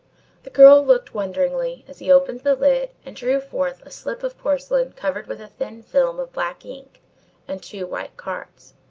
the girl looked wonderingly as he opened the lid and drew forth a slip of porcelain covered with a thin film of black ink and two white cards.